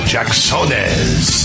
Jacksones